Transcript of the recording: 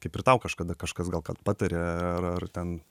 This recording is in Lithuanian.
kaip ir tau kažkada kažkas gal kad pataria ar ar ten